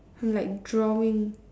hmm like drawing